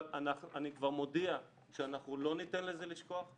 אבל אני כבר מודיע שאנחנו לא ניתן לזה לשקוע.